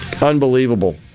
Unbelievable